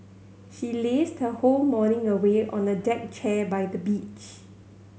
she lazed her whole morning away on a deck chair by the beach